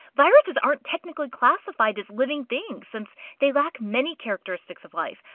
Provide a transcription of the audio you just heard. viruses aren't technically classified as living things since they lack many characteristics of life,